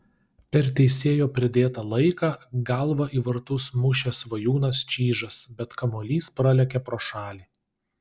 per teisėjo pridėtą laiką galva į vartus mušė svajūnas čyžas bet kamuolys pralėkė pro šalį